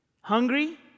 Hungry